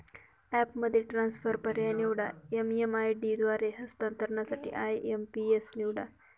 ॲपमध्ये ट्रान्सफर पर्याय निवडा, एम.एम.आय.डी द्वारे हस्तांतरणासाठी आय.एम.पी.एस निवडा